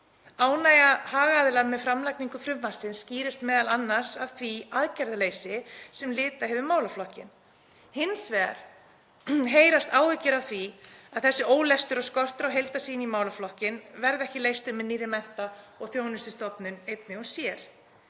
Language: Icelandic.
Ánægja hagaðila með framlagningu frumvarpsins skýrist m.a. af því aðgerðaleysi sem litað hefur málaflokkinn. Hins vegar heyrast áhyggjur af því að þessi ólestur og skortur á heildarsýn á málaflokkinn verði ekki leystur með nýrri mennta- og þjónustustofnun einni og sér.